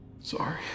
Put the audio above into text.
sorry